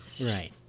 Right